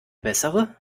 bessere